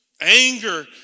Anger